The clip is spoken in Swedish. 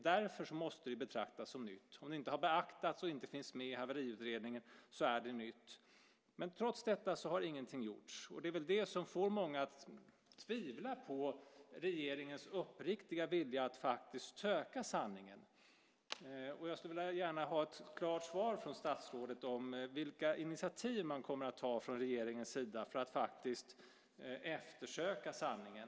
Därför måste det betraktas som nytt. Om det inte har beaktats och inte finns med i haveriutredningen är det nytt. Men trots detta har ingenting gjorts, och det är väl det som får många att tvivla på regeringens uppriktiga vilja att söka sanningen. Jag skulle gärna vilja ha ett klart svar från statsrådet om vilka initiativ man kommer att ta från regeringens sida för att faktiskt eftersöka sanningen.